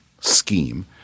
scheme